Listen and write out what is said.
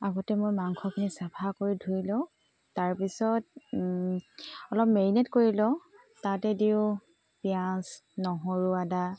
আগতে মই মাংসখিনি চাফা কৰি ধুই লওঁ তাৰপিছত অলপ মেৰিনেট কৰি লওঁ তাতে দিওঁ পিঁয়াজ নহৰু আদা